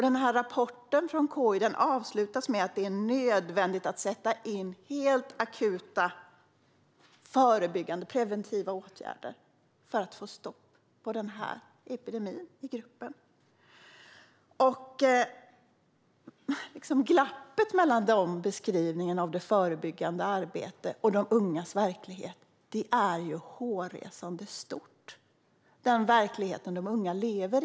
Glappet mellan dessa beskrivningar av det förebyggande arbetet och de ungas verklighet är hårresande stort. Den verklighet de unga lever i är inte trygg, är inte förutsägbar. Rapporten från KI avslutas med att det är nödvändigt att sätta in helt akuta preventiva åtgärder för att få stopp på den här epidemin i gruppen.